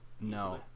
No